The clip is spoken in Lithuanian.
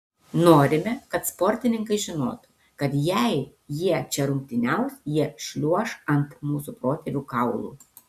norime kad sportininkai žinotų kad jei jie čia rungtyniaus jie šliuoš ant mūsų protėvių kaulų